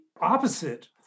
opposite